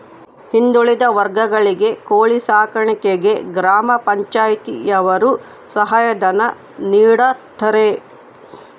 ಹಿಂದುಳಿದ ವರ್ಗಗಳಿಗೆ ಕೋಳಿ ಸಾಕಾಣಿಕೆಗೆ ಗ್ರಾಮ ಪಂಚಾಯ್ತಿ ಯವರು ಸಹಾಯ ಧನ ನೀಡ್ತಾರೆ